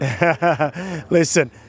Listen